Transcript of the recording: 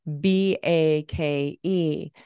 B-A-K-E